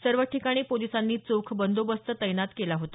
सर्व ठिकाणी पोलिसांनी चोख बंदोबस्त तैनात केला होता